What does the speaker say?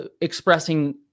expressing